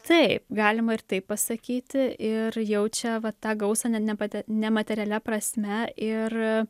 taip galima ir taip pasakyti ir jaučia vat tą gausą net ne pati ne materialia prasme ir